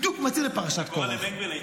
בדיוק מתאים לפרשת קרח.